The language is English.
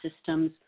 systems